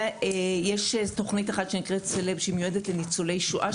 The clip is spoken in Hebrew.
ויש תוכנית אחת שנקראת ׳סלב׳ שמיועדת לניצולי שואה,